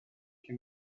che